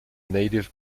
native